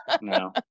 No